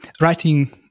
writing